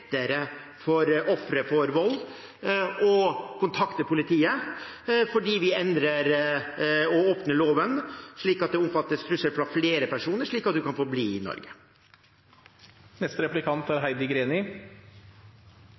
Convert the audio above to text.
kontakte politiet – fordi vi endrer og åpner loven, slik at den omfatter trusler fra flere personer – slik at en kan få bli i Norge. Jeg er